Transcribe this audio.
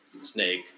Snake